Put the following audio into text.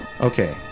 Okay